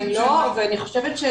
אני חושבת,